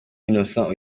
innocent